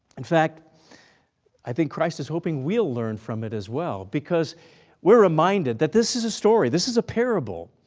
in fact i think christ is hoping we'll learn from it as well because we're reminded that this is a story, this is a parable,